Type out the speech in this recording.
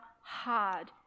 hard